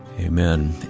Amen